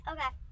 Okay